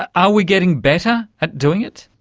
are we getting better at doing it?